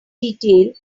detail